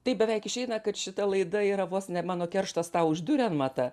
taip beveik išeina kad šita laida yra vos ne mano kerštas tau už diurenmatą